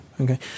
Okay